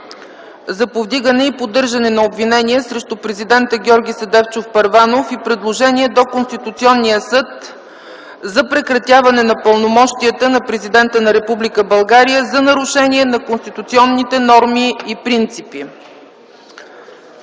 за повдигане и поддържане на обвинение срещу президента Георги Седефчов Първанов и предложение до Конституционния съд за прекратяване на пълномощията на президента на Република България за нарушение на конституционни норми и принципи